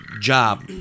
job